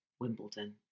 Wimbledon